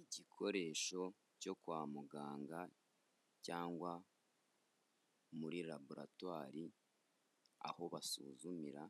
Igikoresho cyo kwa muganga, cyangwa muri laboratwari, aho basuzumira,